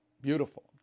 beautiful